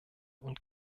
und